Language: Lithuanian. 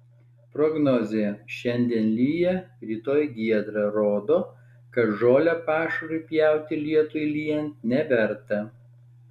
prognozė šiandien lyja rytoj giedra rodo kad žolę pašarui pjauti lietui lyjant neverta